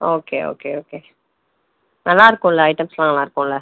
okay okay okay நல்லாயிருக்கும்ல ஐட்டம்ஸுலாம் நல்லாயிருக்கும்ல